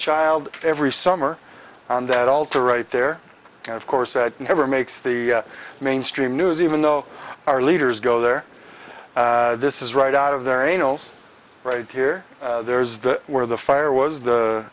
child every summer that alter right there and of course that never makes the mainstream news even though our leaders go there this is right out of their angels right here there's the where the fire was the